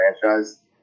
franchise